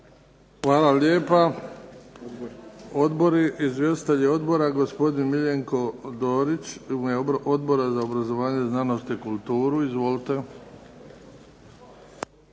Hvala lijepa. Odbori, izvjestitelji odbora. Gospodin Miljenko Dorić u ime Odbora za obrazovanje, znanost i kulturu. Izvolite.